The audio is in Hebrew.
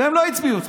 והם לא הצביעו איתכם.